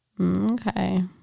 Okay